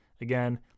Again